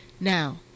Now